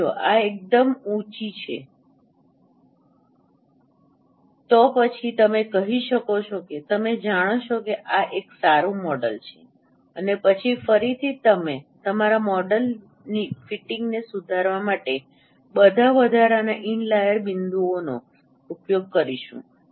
હવે જો આ સંખ્યા એકદમ ઉંચી છે તો પછી તમે કહી શકો છો કે તમે જાણો છો કે આ એક સારું મોડેલ છે અને પછી ફરીથી તે તમારા મોડેલની ફિટિંગને સુધારવા માટે બધા વધારાના ઇનલાઈર બિંદુઓનો ઉપયોગ કરીશું